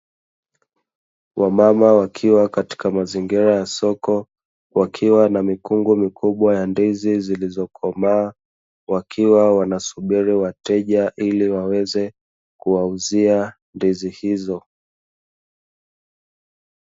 Wamama wakiwa katika mazingira ya soko wakiwa na mikungu mikubwa ya ndizi zilizokomaa, wakiwa wanasubiri wateja ili waweze kuwauzia ndizi hizo.